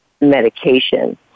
medication